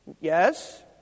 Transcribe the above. Yes